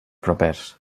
propers